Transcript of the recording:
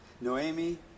noemi